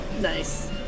Nice